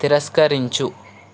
తిరస్కరించు